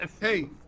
Hey